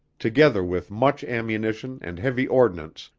together with much ammunition and heavy ordnance,